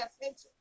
attention